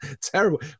terrible